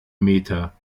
meter